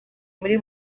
muri